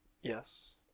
Yes